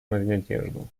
надежду